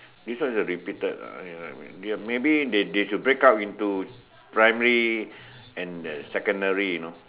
this one is repeated maybe they they should break up into primary and secondary you know